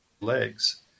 legs